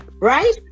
right